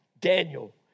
Daniel